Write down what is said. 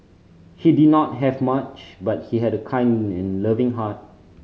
he did not have much but he had a kind and loving heart